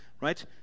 right